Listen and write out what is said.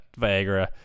Viagra